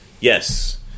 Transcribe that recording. Yes